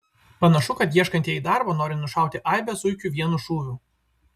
panašu kad ieškantieji darbo nori nušauti aibę zuikių vienu šūviu